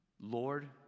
Lord